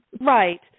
right